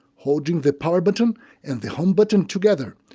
holding the power button and the home button together,